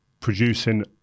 producing